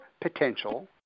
potential